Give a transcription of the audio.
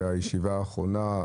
בישיבה האחרונה.